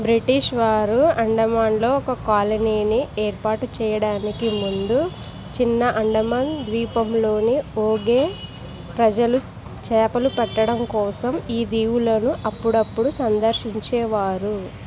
British వారు అండమాన్లో ఒక కాలనీని ఏర్పాటు చేయడానికి ముందు చిన్న అండమాన్ ద్వీపంలోని ఓంగే ప్రజలు చేపలు పట్టడం కోసం ఈ దీవులను అప్పుడప్పుడు సందర్శించేవారు